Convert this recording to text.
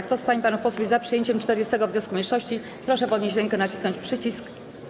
Kto z pań i panów posłów jest za przyjęciem 40. wniosku mniejszości, proszę podnieść rękę i nacisnąć przycisk.